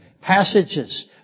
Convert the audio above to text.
passages